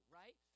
right